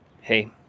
hey